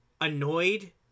annoyed